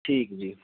ਠੀਕ ਜੀ